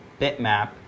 bitmap